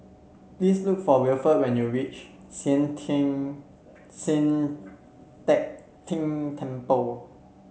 please look for Wilford when you reach Sian Sian Teck Tng Temple